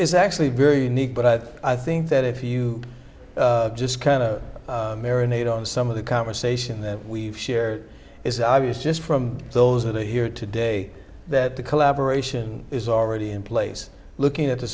is actually very neat but i've i think that if you just kind of marinate on some of the conversation that we've shared is obvious just from those that are here today that the collaboration is already in place looking at